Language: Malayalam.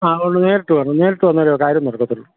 ആ അതുകൊണ്ട് നേരിട്ട് വരണം നേരിട്ട് വന്നാലെ കാര്യം നടക്കത്തുള്ളൂ